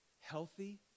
healthy